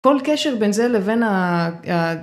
כל קשר בין זה לבין.